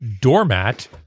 doormat